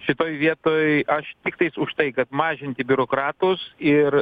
šitoj vietoj aš tiktai už tai kad mažinti biurokratus ir